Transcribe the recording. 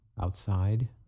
outside